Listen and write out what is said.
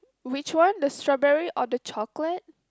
which one the strawberry or the chocolate